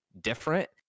different